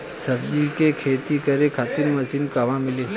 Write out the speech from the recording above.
सब्जी के खेती करे खातिर मशीन कहवा मिली?